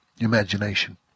imagination